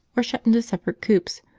or shut into separate coops,